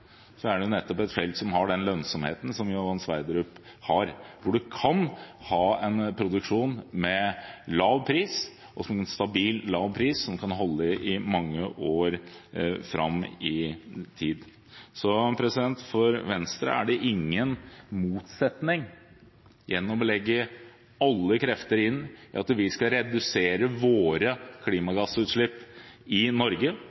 er det nettopp et felt som har den lønnsomheten som Johan Sverdrup-feltet har, hvor man kan ha en produksjon med stabil, lav pris, som kan holde i mange år fram i tid. For Venstre er det ingen motsetning i å sette alle krefter inn på at vi skal redusere våre klimagassutslipp i Norge.